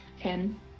ten